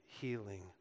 healing